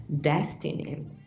destiny